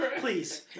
Please